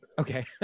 Okay